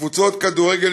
וקבוצת כדורגל